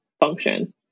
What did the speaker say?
function